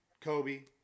Kobe